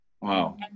wow